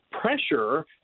pressure